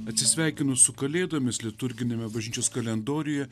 atsisveikinus su kalėdomis liturginiame bažnyčios kalendoriuje